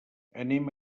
anem